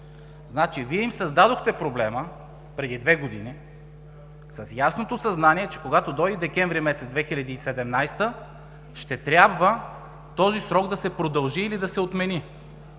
Значи Вие им създадохте проблема преди две години с ясното съзнание, че когато дойде месец декември 2017 г. ще трябва този срок да се продължи или да се отмени.